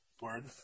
Word